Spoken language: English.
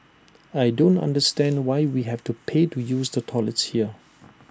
I don't understand why we have to pay to use the toilets here